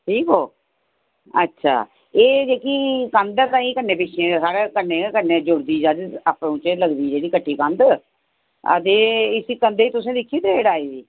ठीक ओ अच्छा एह् जेह्की कंध ऐ कन्नै पिच्छे साढ़े कन्नै कन्नै जुड़दी आपूं बिच्चै गै लगदी जेह्डी कच्ची कंध अदे इसी कंधै गी दिक्खी तुहें द्रेड़ आई दी